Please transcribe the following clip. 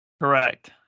Correct